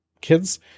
kids